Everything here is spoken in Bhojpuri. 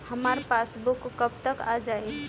हमार पासबूक कब तक आ जाई?